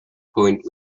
point